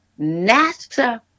NASA